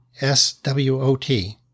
S-W-O-T